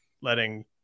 letting